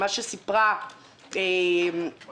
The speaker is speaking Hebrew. מה שסיפרה מיה,